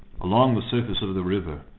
along the surface of the river,